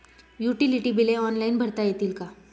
Utility बिले online भरता येतील का?